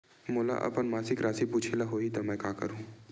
मोला अपन मासिक राशि पूछे ल होही त मैं का करहु?